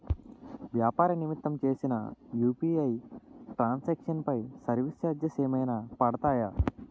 వ్యాపార నిమిత్తం చేసిన యు.పి.ఐ ట్రాన్ సాంక్షన్ పై సర్వీస్ చార్జెస్ ఏమైనా పడతాయా?